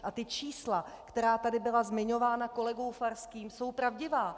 A ta čísla, která tady byla zmiňována kolegou Farským, jsou pravdivá.